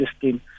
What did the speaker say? system